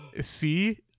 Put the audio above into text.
See